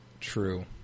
True